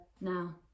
now